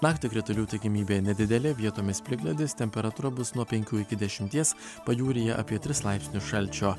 naktį kritulių tikimybė nedidelė vietomis plikledis temperatūra bus nuo penkių iki dešimties pajūryje apie tris laipsnius šalčio